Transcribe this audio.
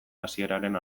hasieraren